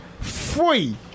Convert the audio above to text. free